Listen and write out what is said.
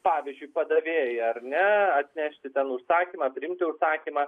pavyzdžiui padavėjai ar ne atnešti ten užsakymą priimti užsakymą